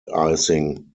icing